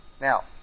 Now